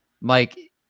Mike